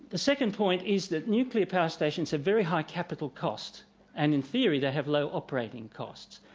the second point is that nuclear power stations have very high capital cost and in theory they have low operating costs.